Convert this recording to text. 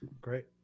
great